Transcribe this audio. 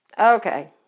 Okay